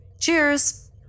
Cheers